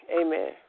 Amen